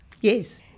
Yes